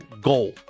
goal